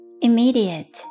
immediate